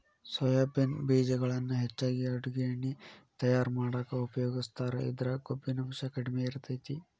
soybean ಬೇಜಗಳನ್ನ ಹೆಚ್ಚಾಗಿ ಅಡುಗಿ ಎಣ್ಣಿ ತಯಾರ್ ಮಾಡಾಕ ಉಪಯೋಗಸ್ತಾರ, ಇದ್ರಾಗ ಕೊಬ್ಬಿನಾಂಶ ಕಡಿಮೆ ಇರತೇತಿ